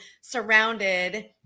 surrounded